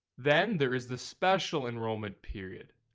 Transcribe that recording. then there is the special enrollment period.